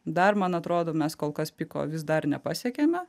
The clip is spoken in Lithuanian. dar man atrodo mes kol kas piko vis dar nepasiekėme